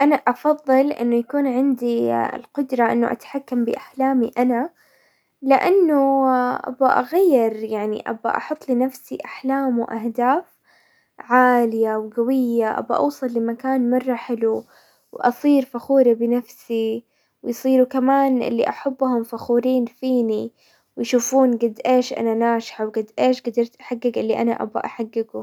انا افضل انه يكون عندي القدرة انه اتحكم باحلامي انا لانه ابغى اغير يعني، ابغى احط لنفسي احلام واهداف عالية وقوية، ابى اوصل لمكان مرة حلو واصير فخورة بنفسي ويصيروا كمان اللي احبهم فخورين فيني، ويشوفون قد ايش انا ناجحة وقد ايش قدرت احقق اللي انا ابغى احققه.